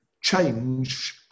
change